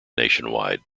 nationwide